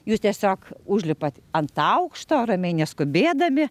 jūs tiesiog užlipat ant aukšto ramiai neskubėdami